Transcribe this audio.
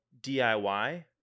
DIY